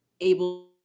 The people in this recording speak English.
able